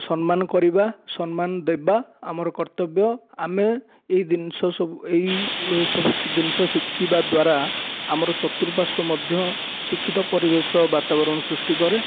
ସମ୍ମାନ କରିବା ସମ୍ମାନ ଦେବା ଆମର କର୍ତ୍ତବ୍ୟ ଆମେ ଏଇ ଜିନିଷ ସବୁ ଏଇ ସବୁ ଜିନିଷ ଶିଖିବା ଦ୍ଵାରା ଆମର ଚତୁର୍ପାର୍ଶ୍ଵ ମଧ୍ୟ ଶିକ୍ଷିତ ପରିବେଶ ବାତାବରଣ ସୃଷ୍ଟି କରେ